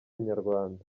nyarwanda